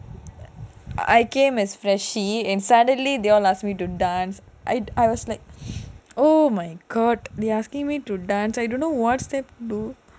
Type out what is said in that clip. I came as freshie and suddenly they all ask me to dance I I was like oh my god they asking me to dance I don't know what to do